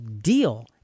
deal